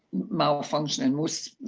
malfunctions, and most